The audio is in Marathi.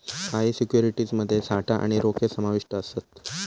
काही सिक्युरिटीज मध्ये साठा आणि रोखे समाविष्ट असत